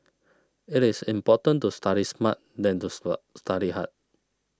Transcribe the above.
it is important to study smart than to study study hard